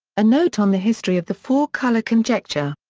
a note on the history of the four-colour conjecture.